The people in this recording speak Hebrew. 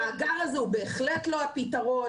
המאגר הזה הוא בהחלט לא הפתרון.